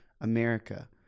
America